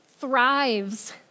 thrives